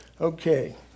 Okay